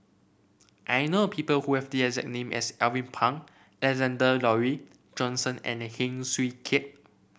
I know people who have the exact name as Alvin Pang Alexander Laurie Johnston and Heng Swee Keat